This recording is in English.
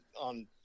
on